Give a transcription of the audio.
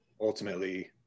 ultimately